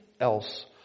else